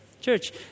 Church